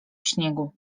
śniegu